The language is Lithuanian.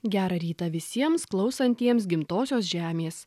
gerą rytą visiems klausantiems gimtosios žemės